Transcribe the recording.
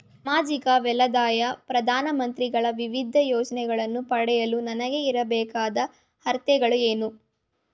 ಸಾಮಾಜಿಕ ವಲಯದ ಪ್ರಧಾನ ಮಂತ್ರಿಗಳ ವಿವಿಧ ಯೋಜನೆಗಳನ್ನು ಪಡೆಯಲು ನನಗೆ ಇರಬೇಕಾದ ಅರ್ಹತೆಗಳೇನು?